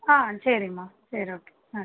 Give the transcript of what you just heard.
ஆ சரிம்மா சரி ஓகே ம்